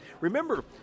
Remember